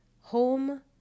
home